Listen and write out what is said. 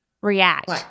react